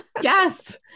Yes